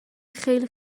خیلی